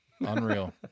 Unreal